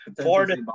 Florida